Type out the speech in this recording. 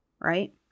right